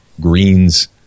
Greens